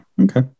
Okay